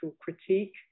critique